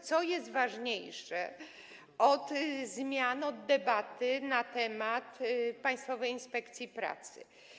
Co jest ważniejsze od zmian, od debaty na temat Państwowej Inspekcji Pracy?